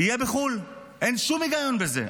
אין שום היגיון בזה.